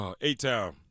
A-Town